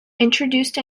introduced